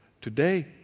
Today